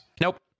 nope